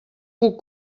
puc